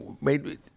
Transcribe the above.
made